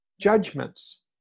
judgments